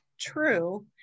true